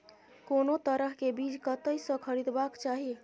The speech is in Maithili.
कोनो तरह के बीज कतय स खरीदबाक चाही?